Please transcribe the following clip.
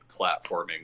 platforming